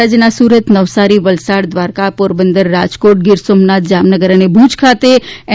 રાજ્યના સુરત નવસારી વલસાડ દ્વારકા પોરબંદર રાજકોટ ગીર સોમનાથ જામનગર અને ભુજ ખાતે એન